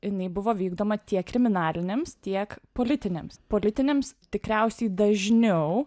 jinai buvo vykdoma tiek kriminaliniams tiek politiniams politiniams tikriausiai dažniau